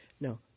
No